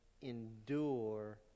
endure